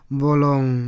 bolong